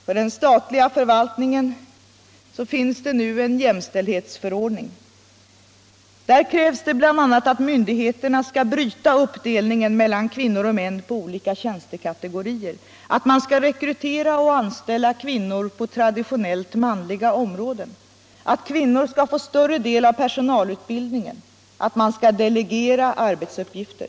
För den statliga förvaltningen finns nu en jämställdhetsförordning. Döär krävs bl.a. att myndigheterna skall bryta uppdelningen mellan kvinnor och män på olika tjänstekategorier, att man skall rekrytera och anställa kvinnor på traditionellt manliga områden, att kvinnorna skall få större del av personalutbildningen, att man skall delegera arbetsuppgifter.